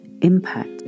impact